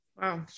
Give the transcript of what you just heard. Wow